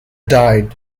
died